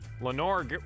Lenore